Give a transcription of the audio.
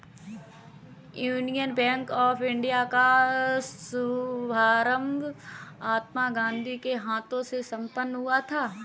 union Bank of India का शुभारंभ महात्मा गांधी के हाथों से संपन्न हुआ था